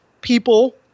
people